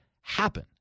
happen